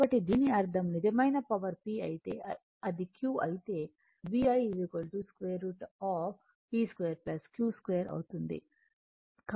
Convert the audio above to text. కాబట్టి దీని అర్ధం నిజమైన పవర్ P అయితే అది Q అయితే VI P 2 Q2 అవుతుంది